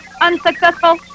unsuccessful